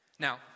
Now